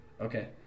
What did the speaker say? okay